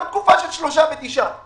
ולא לתקופה של שלושה חודשים ותשעה חודשים.